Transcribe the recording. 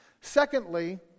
Secondly